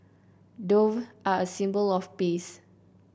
dove are a symbol of peace